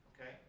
Okay